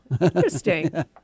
interesting